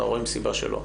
תודה.